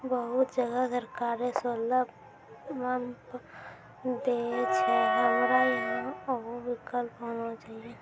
बहुत जगह सरकारे सोलर पम्प देय छैय, हमरा यहाँ उहो विकल्प होना चाहिए?